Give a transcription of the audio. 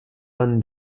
van